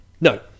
No